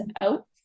out